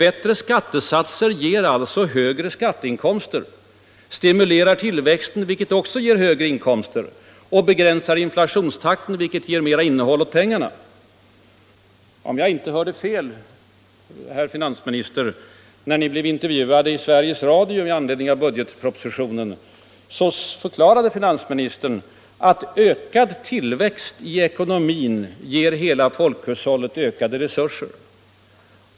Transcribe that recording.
Bättre skattesatser ger alltså högre skatteinkomster, stimulerar tillväxten, vilket också ger högre inkomster, och begränsar inflationstakten, vilket ger pengarna mer innehåll. Om jag inte hörde fel, herr finansminister, när ni blev intervjuad i Sveriges Radio med anledning av budgetpropositionen förklarade finansministern att ökad tillväxt i ekonomin ger hela folkhushållet ökade resurser.